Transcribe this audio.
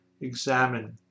examine